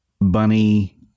Bunny